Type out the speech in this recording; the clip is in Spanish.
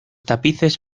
tapices